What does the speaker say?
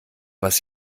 was